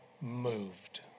moved